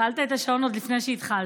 הפעלת את השעון עוד לפני שהתחלתי.